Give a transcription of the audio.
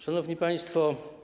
Szanowni Państwo!